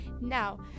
now